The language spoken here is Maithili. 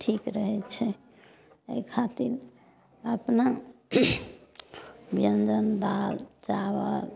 ठीक रहय छै एहि खातिर अपना ब्यञ्जन भात चाबल